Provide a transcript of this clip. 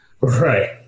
right